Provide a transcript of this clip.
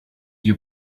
you